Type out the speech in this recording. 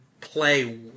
play